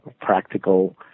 practical